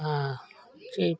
काग